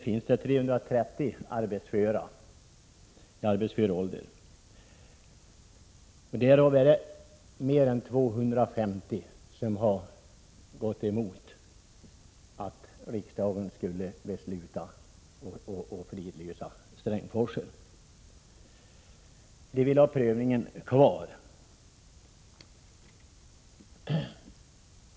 Av dessa har mer än 250 gått emot att riksdagen skulle besluta att fridlysa Strängsforsen. De vill ha kvar möjligheten till prövning.